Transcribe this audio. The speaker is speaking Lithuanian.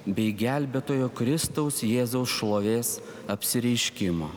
bei gelbėtojo kristaus jėzaus šlovės apsireiškimo